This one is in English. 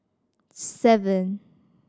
seven